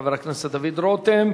חבר הכנסת דוד רותם.